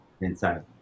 inside